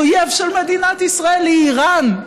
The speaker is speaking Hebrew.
האויב של מדינת ישראל הוא איראן,